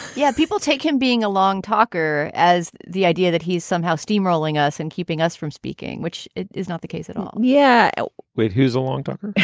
yeah people take him being a long talker as the idea that he's somehow steamrolling us and keeping us from speaking, which is not the case at all. yeah wait, who's a long talker?